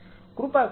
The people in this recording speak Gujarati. કૃપા કરીને